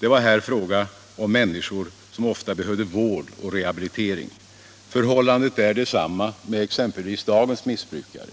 Det var här fråga om människor som ofta behövde vård och rehabilitering. Förhållandet är detsamma med exempelvis dagens missbrukare.